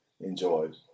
enjoyed